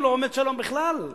לא עומד שלום בכלל.